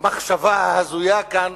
למחשבה ההזויה כאן,